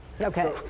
Okay